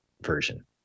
version